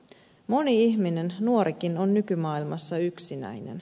moni ihminen nuorikin on nykymaailmassa yksinäinen